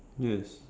yes